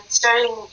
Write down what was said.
starting